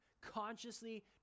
consciously